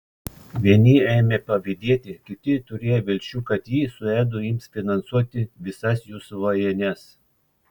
vieni ėmė pavydėti kiti turėjo vilčių kad ji su edu ims finansuoti visas jų svajones